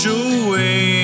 away